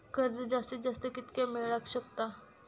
कर्ज जास्तीत जास्त कितक्या मेळाक शकता?